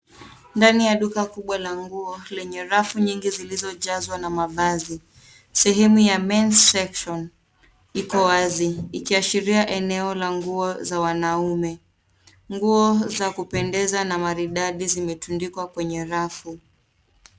Ndani ya duka kubwa la nguo lenye rafu nyingi zilizojazwa na mavazi sehemu ya men's section iko wazi ikishiria eneo la nguo za wanaume. Nguo za kupendeza na maridadi zimetundikwa kwenye rafu.